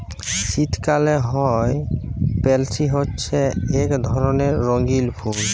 শীতকালে হ্যয় পেলসি হছে ইক ধরলের রঙ্গিল ফুল